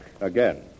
again